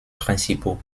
principaux